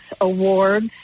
awards